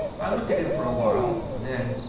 i looked at him for a while. then,